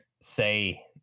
say